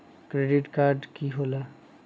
Credit card की होला?